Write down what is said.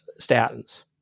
statins